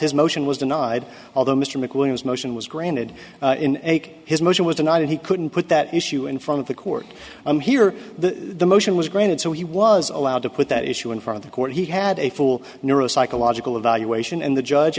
his motion was denied although mr mcwilliams motion was granted in his motion was tonight and he couldn't put that issue in front of the court i'm here the motion was granted so he was allowed to put that issue in front of the court he had a full neuropsychological evaluation and the judge